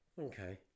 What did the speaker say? Okay